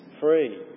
free